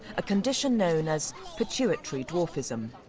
a condition known as pituitary dwarfism.